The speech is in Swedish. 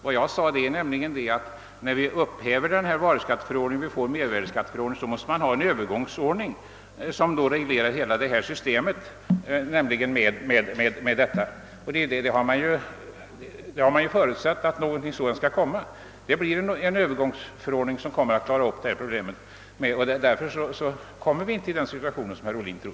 Vad jag sade var nämligen att vi när vi upphäver varuskatteförordningen vid införandet av mervärdeskatt måste ha en övergångsförordning, som reglerar hela detta område. Man har nämligen förutsatt att en sådan skall komma. Vi kommer därför inte i den situation som herr Ohlin tror.